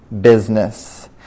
business